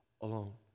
alone